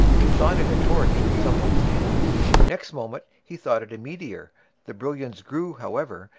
he thought it a torch in some one's hand next moment he thought it a meteor the brilliance grew, however,